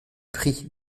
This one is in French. prix